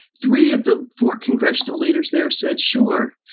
three of the four congressional leaders there said sure.